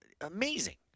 Amazing